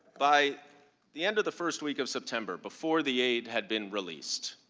by the end of the first week of september before the aid had been released,